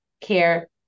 care